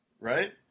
right